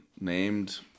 named